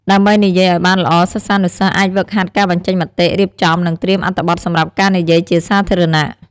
ដើម្បីនិយាយឲ្យបានល្អសិស្សានុសិស្ស អាចហ្វឹកហាត់ការបញ្ចេញមតិ រៀបចំ និងត្រៀមអត្ថបទសម្រាប់ការនិយាយជាសាធារណៈ។